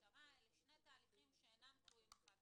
המשטרה הם שני תהליכים שאינם תלויים אחד בשני.